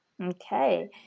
Okay